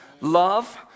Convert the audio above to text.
love